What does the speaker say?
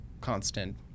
constant